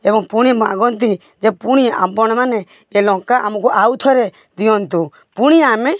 ଏବଂ ପୁଣି ମାଗନ୍ତି ଯେ ପୁଣି ଆପଣମାନେ ଏ ଲଙ୍କା ଆମକୁ ଆଉ ଥରେ ଦିଅନ୍ତୁ ପୁଣି ଆମେ